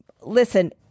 Listen